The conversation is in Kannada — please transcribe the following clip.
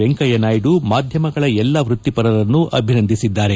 ವೆಂಕಯ್ಯನಾಯ್ದು ಮಾಧ್ಯಮಗಳ ಎಲ್ಲಾ ವೃತ್ತಿಪರರನ್ನು ಅಭಿನಂದಿಸಿದ್ದಾರೆ